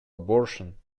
abortion